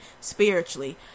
spiritually